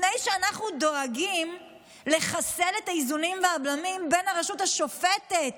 לפני שאנחנו דואגים לחסל את האיזונים והבלמים בין הרשות השופטת